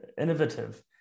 innovative